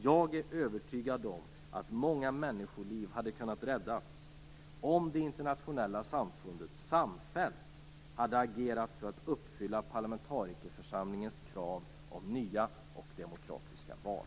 Jag är övertygad om att många människoliv hade kunnat räddas om det internationella samfundet samfällt hade agerat för att uppfylla parlamentarikerförsamlingens krav om nya demokratiska val.